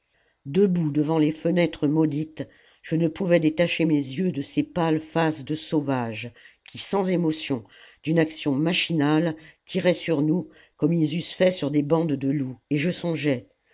debout devant les fenêtres maudites je ne pouvais détacher mes yeux de ces pâles faces de sauvages qui sans émotion d'une action machinale tiraient sur nous comme ils eussent fait sur des bandes de loups et je songeais